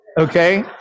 okay